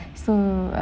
so err